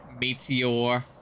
meteor